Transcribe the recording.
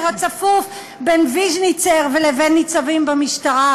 הצפוף בין ויז'ניצר לבין ניצבים במשטרה?